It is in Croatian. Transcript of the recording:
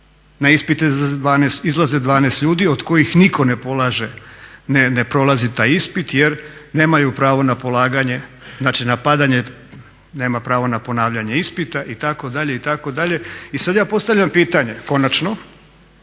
na ispite izlazi 12 ljudi od kojih nitko ne prolazi taj ispit jer nemaju pravo na padanje nema pravo na ponavljanje ispita itd. I sada ja postavljam pitanje konačno,